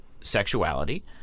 sexuality